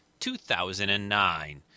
2009